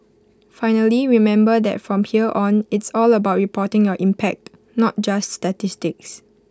finally remember that from here on it's all about reporting your impact not just statistics